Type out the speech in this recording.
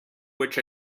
which